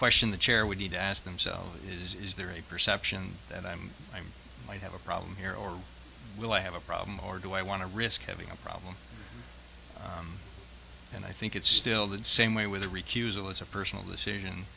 question the chair would need to ask themselves is is there a perception that i'm i'm i have a problem here or will i have a problem or do i want to risk having a problem and i think it's still the same way with a recusal is a personal decision